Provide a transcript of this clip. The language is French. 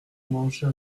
manger